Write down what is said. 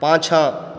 पाछाँ